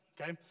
Okay